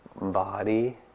body